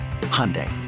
Hyundai